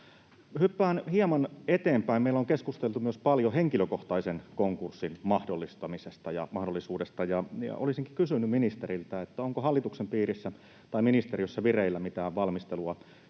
Hyppään hieman eteenpäin. Meillä on keskusteltu paljon myös henkilökohtaisen konkurssin mahdollistamisesta ja mahdollisuudesta. Olisinkin kysynyt ministeriltä: onko hallituksen piirissä tai ministeriössä vireillä mitään valmistelua,